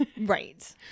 Right